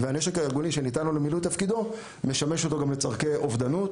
והנשק הארגוני שניתן לו למילוי תפקידו משמש אותו גם לצורכי אובדנות.